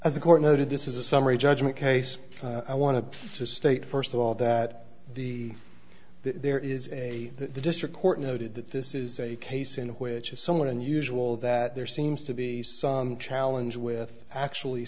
the court noted this is a summary judgment case i want to state first of all that the there is a district court noted that this is a case in which is somewhat unusual that there seems to be some challenge with actually